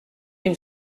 une